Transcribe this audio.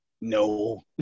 no